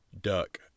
duck